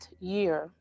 year